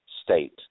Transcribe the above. state